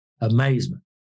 amazement